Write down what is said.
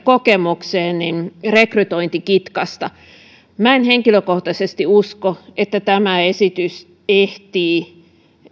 kokemukseen rekrytointikitkasta en henkilökohtaisesti usko että tämä esitys ehtii